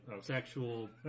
sexual